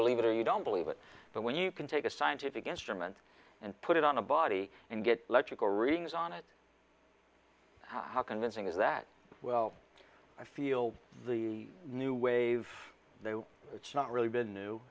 believe it or you don't believe it but when you can take a scientific instrument and put it on a body and get electrical readings on it how convincing is that well i feel the new wave it's not really been new